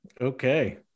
Okay